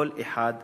כל אחד מהם.